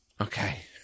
Okay